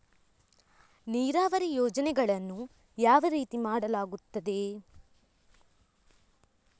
ನೀರಾವರಿ ಯೋಜನೆಗಳನ್ನು ಯಾವ ರೀತಿಗಳಲ್ಲಿ ಮಾಡಲಾಗುತ್ತದೆ?